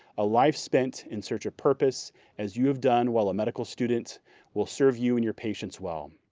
a life spent in search of purpose as you have done while a medical student will serve you and your patients well.